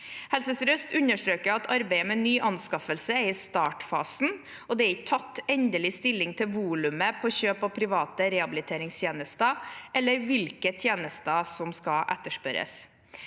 Helse sør-øst understreker at arbeidet med ny anskaffelse er i startfasen, og det er ikke tatt endelig stilling til volumet på kjøp av private rehabiliteringstjenester eller hvilke tjenester som skal etterspørres.